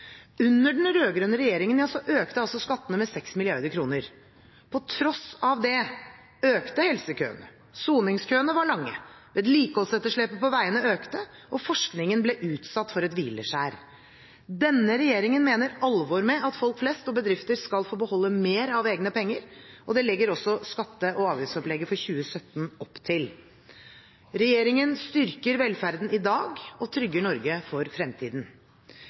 Under den rød-grønne regjeringen økte skattene med 6 mrd. kr. På tross av det økte helsekøene, soningskøene var lange, vedlikeholdsetterslepet på veiene økte, og forskningen ble utsatt for et hvileskjær. Denne regjeringen mener alvor med at folk flest og bedrifter skal få beholde mer av egne penger, og det legger også skatte- og avgiftsopplegget for 2017 opp til. Regjeringen styrker velferden i dag og trygger Norge for fremtiden.